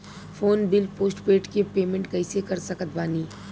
Phone bill postpaid के payment कैसे कर सकत बानी?